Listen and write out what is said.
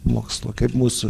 mokslo kaip mūsų